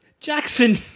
Jackson